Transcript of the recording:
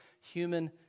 human